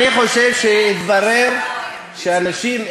אני חושב שהתברר שאנשים,